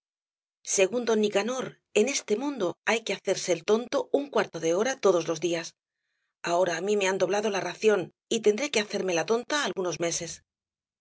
don nicanor en este mundo hay que hacerse el tonto un cuarto de hora todos los días ahora á mí me han doblado la ración y tendré que hacerme la tonta algunos meses